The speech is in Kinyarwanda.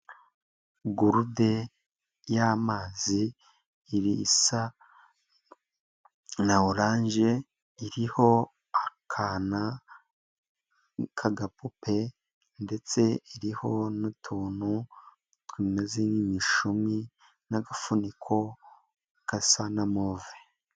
Gurude yamazi irisa na orange iriho akana k'agapupe ndetse iriho n'utuntu tumeze nk'imishumi n'agafuniko gasa na move.